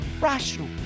rational